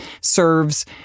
serves